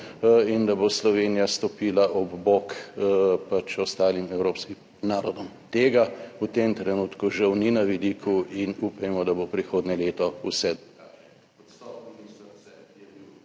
in da bo Slovenija stopila ob bok ostalim evropskim narodom. Tega v tem trenutku žal ni na vidiku in upajmo, da bo prihodnje leto vse